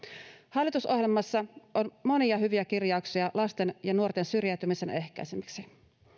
hallitusohjelmassa on monia hyviä kirjauksia lasten ja nuorten syrjäytymisen ehkäisemiseksi